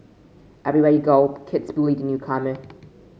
everywhere you go kids bully the newcomer